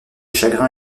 chagrin